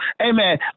Amen